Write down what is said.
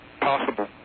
possible